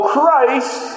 Christ